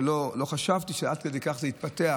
ולא חשבתי שעד כדי כך זה יתפתח,